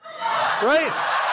right